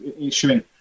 issuing